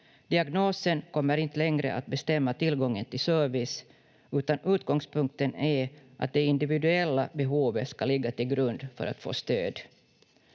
Diagnosen kommer inte längre att bestämma tillgången till service, utan utgångspunkten är att det individuella behovet ska ligga till grund för att få stöd.